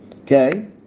Okay